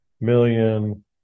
million